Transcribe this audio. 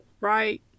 right